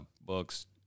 books